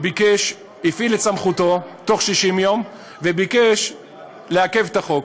הפעיל את סמכותו בתוך 60 יום וביקש לעכב את החוק.